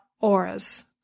auras